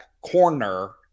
corner